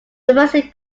university